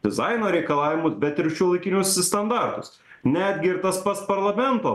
dizaino reikalavimus bet ir šiuolaikinius standartus netgi ir tas pats parlamento